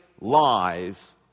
lies